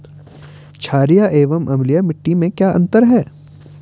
छारीय एवं अम्लीय मिट्टी में क्या अंतर है?